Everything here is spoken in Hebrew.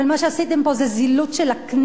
אבל מה שעשיתם פה זה זילות של הכנסת,